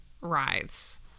rides